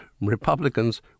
Republicans